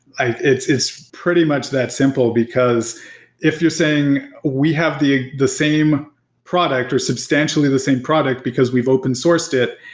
it is pretty much that simple, because if you're saying, we have the the same product or substantially the same product because we've open sourced it.